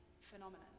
phenomenon